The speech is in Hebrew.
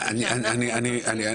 אין סעיף במשרד העבודה של ארבעה מיליון,